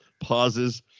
pauses